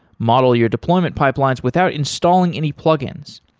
model your deployment pipelines without installing any plugins.